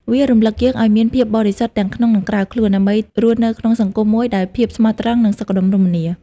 វារំឭកយើងឱ្យមានភាពបរិសុទ្ធទាំងក្នុង និងក្រៅខ្លួន ដើម្បីរស់នៅក្នុងសង្គមមួយដោយភាពស្មោះត្រង់ និងសុខដុមរមនា។។